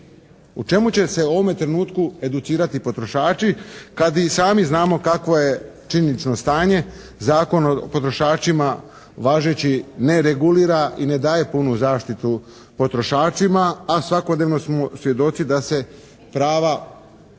U čemu će se u ovome trenutku educirati potrošači kada i sami znamo kakvo je činjenično stanje, Zakon o potrošačima važeći ne regulira i ne daje punu zaštitu potrošačima, a svakodnevno smo svjedoci da se prava